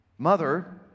Mother